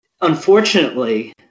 unfortunately